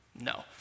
no